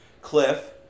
cliff